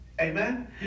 Amen